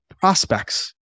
prospects